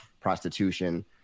prostitution